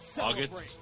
August